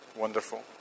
wonderful